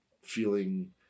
feeling